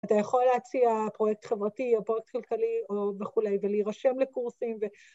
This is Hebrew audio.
‫אתה יכול להציע פרויקט חברתי ‫או פרויקט כלכלי או... וכולי, ‫ולהירשם לקורסים ו...